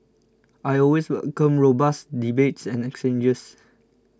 I always welcome robust debates and exchanges